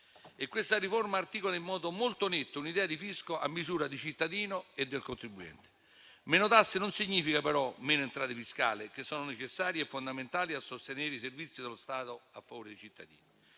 Questa riforma articola in modo molto netto un'idea di fisco a misura del cittadino e del contribuente. Meno tasse non significa, però, meno entrate fiscali, che sono necessarie e fondamentali per sostenere i servizi dello Stato a favore dei cittadini,